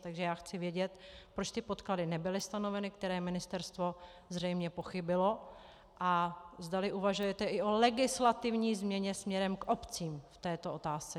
Takže chci vědět, proč ty podklady nebyly stanoveny, které ministerstvo zřejmě pochybilo a zdali uvažujete i o legislativní změně směrem k obcím v této otázce.